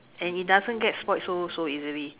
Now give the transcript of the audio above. and it doesn't get spoilt so so easily